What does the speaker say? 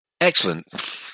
Excellent